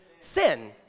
sin